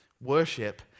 Worship